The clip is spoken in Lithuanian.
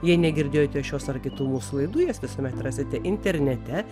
jei negirdėjote šios ar kitų mūsų laidų jas visuomet rasite internete